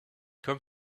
comme